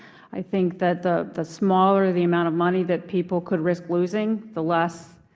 i think that the the smaller the amount of money that people could risk losing, the less